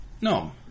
No